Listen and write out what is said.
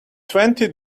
twenty